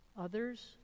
others